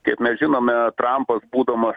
kiek mes žinome trampas būdamas